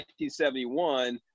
1971